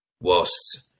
whilst